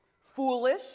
foolish